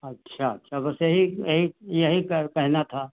अच्छा अच्छा बस यहीं यहीं यहीं कहना था